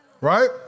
Right